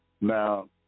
Now